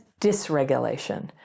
dysregulation